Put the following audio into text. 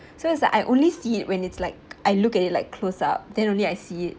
so it's like I only see it when it's like I look at it like close-up then only I see it